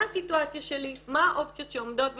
מה הסיטואציה שלי, מה האופציות שעומדות בפניי,